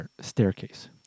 Staircase